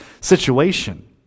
situation